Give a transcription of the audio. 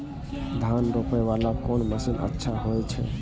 धान रोपे वाला कोन मशीन अच्छा होय छे?